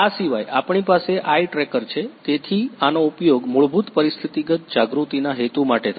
આ સિવાય આપણી પાસે આઇ ટ્રેકર છે તેથી આનો ઉપયોગ મૂળભૂત પરિસ્થિતિગત જાગૃતિના હેતુ માટે થાય છે